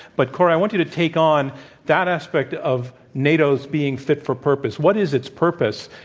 but kori, i want you to take on that aspect of nato's being fit for purpose. what is its purpose,